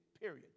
Period